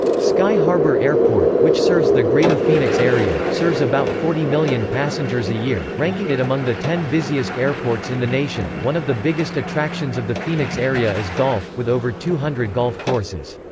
sky harbor airport, which serves the greater phoenix area, serves about forty million passengers a year, ranking it among the ten busiest airports in the nation one of the biggest attractions of the phoenix area is golf, with over two hundred golf courses.